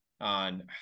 on